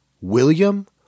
William